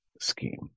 scheme